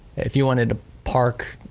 if you wanted to park,